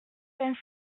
vingt